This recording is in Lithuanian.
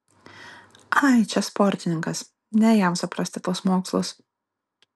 ai čia sportininkas ne jam suprasti tuos mokslus